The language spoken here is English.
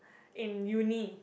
in uni